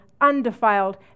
undefiled